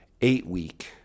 eight-week